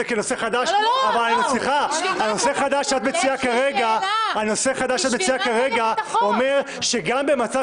הנושא החדש שאת מציעה כרגע אומר שגם במצב